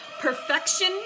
Perfection